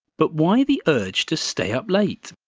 but why the urge to stay up late?